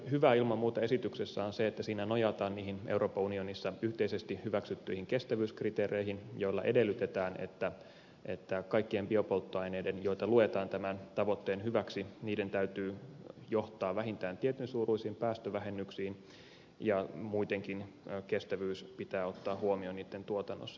hyvää ilman muuta esityksessä on se että siinä nojataan niihin euroopan unionissa yhteisesti hyväksyttyihin kestävyyskriteereihin joissa edellytetään että kaikkien biopolttoaineiden joita luetaan tämän tavoitteen hyväksi täytyy johtaa vähintään tietyn suuruisiin päästövähennyksiin ja muutenkin kestävyys pitää ottaa huomioon niitten tuotannossa